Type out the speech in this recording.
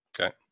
Okay